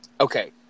Okay